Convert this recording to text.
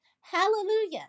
Hallelujah